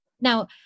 Now